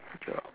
good job